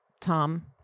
Tom